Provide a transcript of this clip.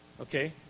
Okay